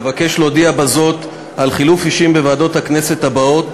אבקש להודיע בזאת על חילופי אישים בוועדות הכנסת הבאות